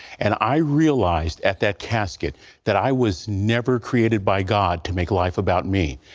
and i realized at that casket that i was never created by god to make life about me.